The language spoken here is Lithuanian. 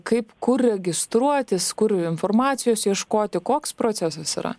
kaip kur registruotis kur informacijos ieškoti koks procesas yra